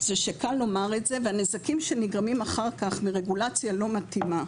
זה שקל לומר את זה והנזקים שנגרמים אחר כך מרגולציה לא מתאימה